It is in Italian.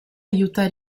aiuta